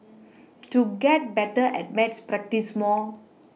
to get better at maths practise more